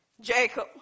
Jacob